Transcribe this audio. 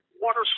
water